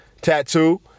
Tattoo